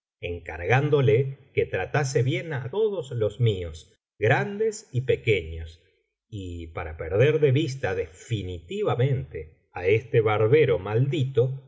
encargándole que tratase bien á todos los míos grandes y pequeños y para perder de vista definitivamente á este barbero maldito